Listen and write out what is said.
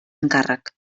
encàrrec